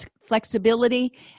flexibility